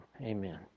Amen